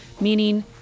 meaning